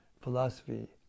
philosophy